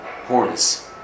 horns